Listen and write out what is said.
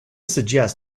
suggest